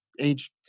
age